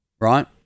Right